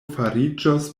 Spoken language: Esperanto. fariĝos